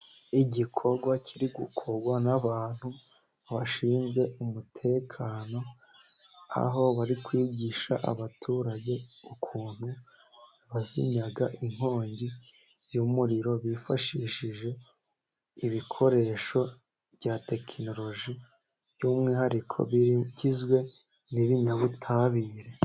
Igikorwa kiri gukorwa n'abantu bashinzwe umutekano, aho bari kwigisha abaturage ukuntu bazimya inkongi y'umuriro, bifashishije ibikoresho bya tekinoloji by'umwihariko bigizwe n'ibinyabutabire.